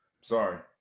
Sorry